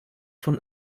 von